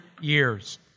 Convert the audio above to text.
years